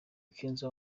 kenzo